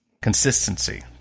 Consistency